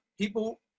people